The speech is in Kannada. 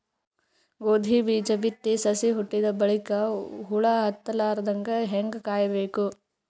ಗೋಧಿ ಬೀಜ ಬಿತ್ತಿ ಸಸಿ ಹುಟ್ಟಿದ ಬಲಿಕ ಹುಳ ಹತ್ತಲಾರದಂಗ ಹೇಂಗ ಕಾಯಬೇಕು?